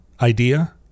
idea